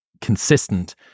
consistent